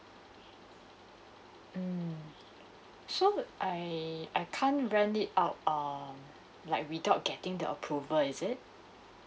mm so I I can't rent it out err like without getting the approval is it